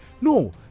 No